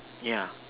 yeah